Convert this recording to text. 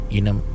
Inam